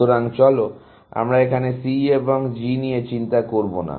সুতরাং চলো আমরা এখানে C এবং G নিয়ে চিন্তা করবো না